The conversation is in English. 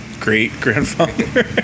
great-grandfather